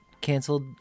canceled